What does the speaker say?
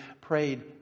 prayed